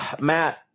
Matt